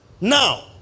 Now